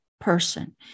person